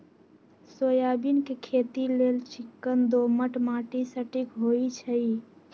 soybean के खेती लेल चिक्कन दोमट माटि सटिक होइ छइ